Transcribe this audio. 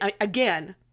again